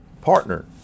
partner